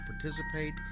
participate